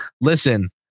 listen